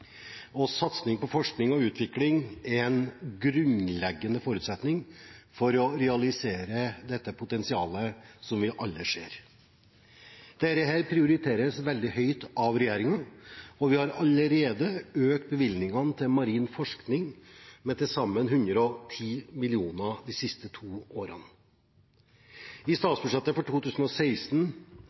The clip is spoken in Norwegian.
Og satsing på forskning og utvikling er en grunnleggende forutsetning for å realisere potensialet vi alle ser. Dette prioriteres veldig høyt av regjeringen, og vi har allerede økt bevilgningene til marin forskning med til sammen 110 mill. kr de siste to årene. I statsbudsjettet for 2016